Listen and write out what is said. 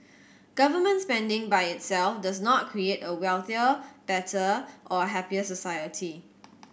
government spending by itself does not create a wealthier better or a happier society